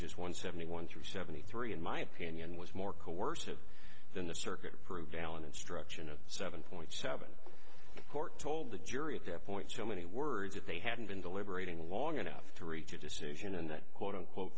pages one seventy one through seventy three in my opinion was more coercive than the circuit proved valid instruction of seven point seven court told the jury at that point so many words that they hadn't been deliberating long enough to reach a decision and that quote unquote